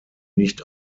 nicht